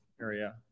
area